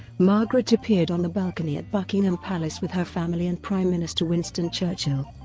margaret appeared on the balcony at buckingham palace with her family and prime minister winston churchill.